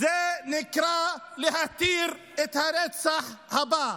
נקרא להתיר את הרצח הבא.